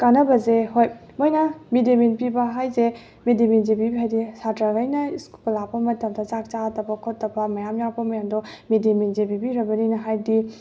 ꯀꯥꯟꯅꯕꯁꯦ ꯍꯣꯏ ꯃꯣꯏꯅ ꯃꯤꯠ ꯗꯦ ꯃꯤꯟ ꯄꯤꯕ ꯍꯥꯏꯁꯦ ꯃꯤꯠ ꯗꯦ ꯃꯤꯜꯁꯦ ꯄꯤꯕꯤꯕ ꯍꯥꯏꯗꯤ ꯁꯥꯇ꯭ꯔꯥꯈꯩꯅ ꯁ꯭ꯀꯨꯜ ꯂꯥꯛꯄ ꯃꯇꯝꯗ ꯆꯥꯛ ꯆꯥꯗꯕ ꯈꯣꯠꯇꯕ ꯃꯌꯥꯝ ꯌꯥꯎꯔꯛꯄ ꯃꯌꯥꯝꯗꯣ ꯃꯤꯠ ꯗꯦ ꯃꯤꯜꯁꯦ ꯄꯤꯕꯤꯔꯕꯅꯤꯅ ꯍꯥꯏꯗꯤ